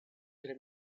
tre